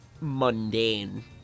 mundane